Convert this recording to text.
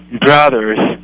brothers